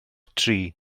tri